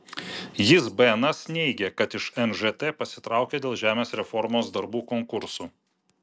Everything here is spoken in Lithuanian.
jis bns neigė kad iš nžt pasitraukė dėl žemės reformos darbų konkursų